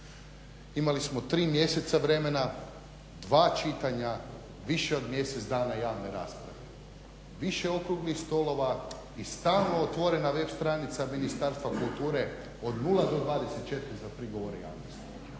imali smo tri mjeseca vremena, dva čitanja, više od mjesec dana javne rasprave, više okruglih stolova i stalno otvorena web stranica Ministarstva kulture od 0-24 za prigovore javnosti.